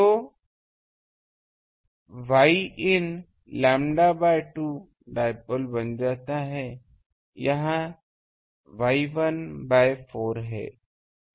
तो Yin lambda by 2 dipole बन जाता है यह Y1 बाय 4 है